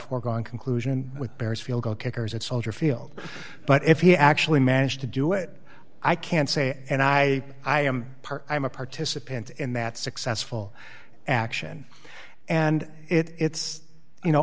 foregone conclusion with barry's field goal kicker is at soldier field but if he actually managed to do it i can't say and i am i'm a participant in that successful action and it's you know